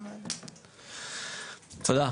תודה.